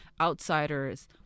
outsiders